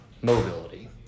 mobility